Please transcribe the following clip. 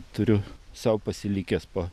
turiu sau pasilikęs po